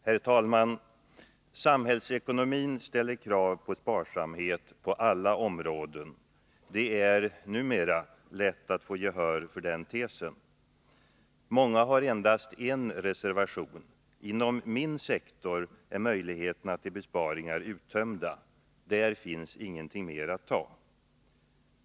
Herr talman! Samhällsekonomin ställer krav på sparsamhet på alla områden. Det är — numera — lätt att få gehör för den tesen. Många har endast en reservation: inom min sektor är möjligheterna till besparingar uttömda, där finns ingenting mer att ta.